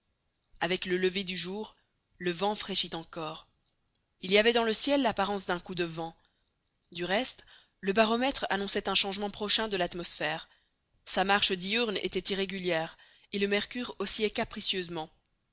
avec le lever du jour le vent fraîchit encore il y avait dans le ciel l'apparence d'un coup de vent du reste le baromètre annonçait un changement prochain de l'atmosphère sa marche diurne était irrégulière et le mercure oscillait capricieusement